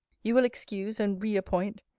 you will excuse and re appoint,